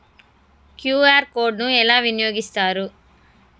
QR code ని ఎలా వినియోగిస్తారు?